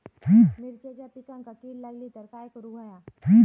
मिरचीच्या पिकांक कीड लागली तर काय करुक होया?